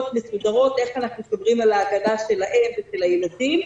מסודרות איך אנחנו שומרים על ההגנה שלהם ושל הילדים,